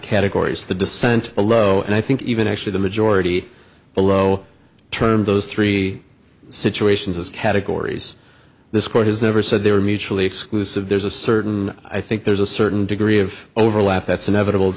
categories the dissent below and i think even actually the majority below termed those three situations as categories this court has never said they were mutually exclusive there's a certain i think there's a certain degree of overlap that's inevitable